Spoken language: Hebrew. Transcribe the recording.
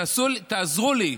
תעזרו לי.